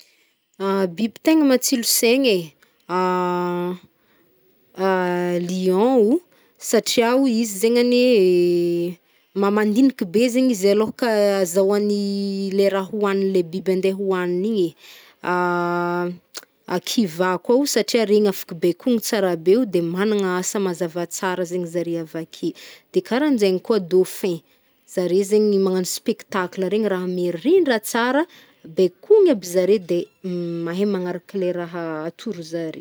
Biby tegna matsilo saigny e, lion o, satria o izy zegny agnie, mamandink be zegny izy eloha ka- zahoany le raha hoan le biby andeh ho aniny igny e. kivà kô o, satria regny afk bekon tsara beo de magnana asa mazava tsara zegny zare avake. De karahanjegny koa dauphin, zare zegny magnano spéctacle regny raha mirindra tsara, bekon aby zare de m- mahey manaraka le raha atoro zare.